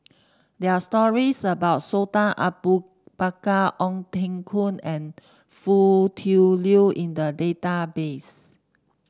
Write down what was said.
there are stories about Sultan Abu Bakar Ong Teng Koon and Foo Tui Liew in the database